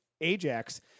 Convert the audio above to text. Ajax